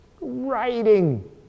writing